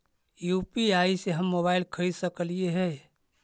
UPI से हम mobile खरिद सकलिऐ है